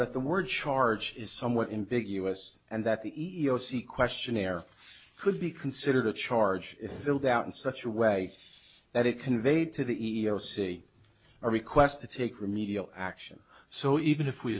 that the word charge is somewhat in big us and that the e e o c questionnaire could be considered a charge if filled out in such a way that it conveyed to the e e o c or request to take remedial action so even if we